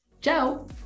Ciao